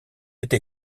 été